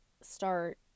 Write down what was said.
start